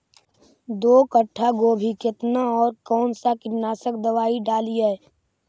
दो कट्ठा गोभी केतना और कौन सा कीटनाशक दवाई डालिए?